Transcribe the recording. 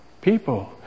people